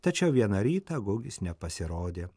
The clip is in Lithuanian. tačiau vieną rytą gugis nepasirodė